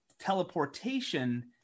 teleportation